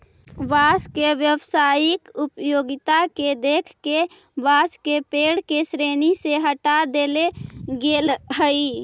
बाँस के व्यावसायिक उपयोगिता के देख के बाँस के पेड़ के श्रेणी से हँटा देले गेल हइ